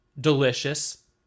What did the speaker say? Delicious